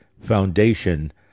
foundation